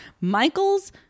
Michaels